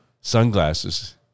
sunglasses